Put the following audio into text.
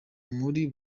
muri